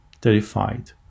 terrified